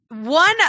one